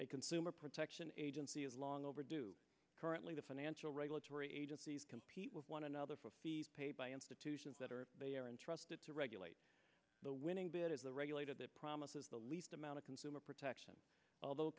a consumer protection agency is long overdue currently the financial regulatory agencies compete with one another for fees paid by institutions that are they are entrusted to regulate the winning bid is the regulator that promises the least amount of consumer protection although